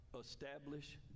establish